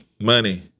money